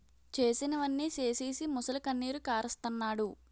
చేసినవన్నీ సేసీసి మొసలికన్నీరు కారస్తన్నాడు